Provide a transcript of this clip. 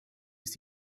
ist